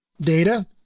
Data